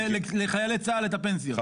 הם הגדילו לחיילי צה"ל את הפנסיות, לאנשי הקבע.